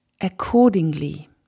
accordingly